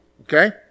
Okay